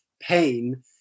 pain